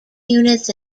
units